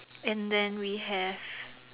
and then we have